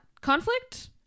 conflict